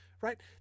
right